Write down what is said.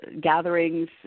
Gatherings